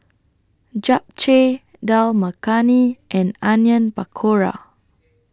Japchae Dal Makhani and Onion Pakora